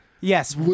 Yes